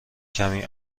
کمی